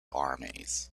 armies